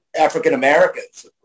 African-Americans